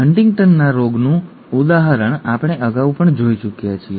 હંટિંગ્ટનના રોગનું ઉદાહરણ આપણે અગાઉ પણ જોઈ ચૂક્યા છીએ